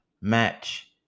match